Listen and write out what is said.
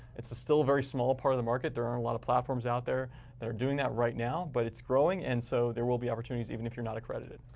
it's still a very small part of the market. there aren't a lot of platforms out there that are doing that right now. but it's growing. and so there will be opportunities, even if you're not accredited.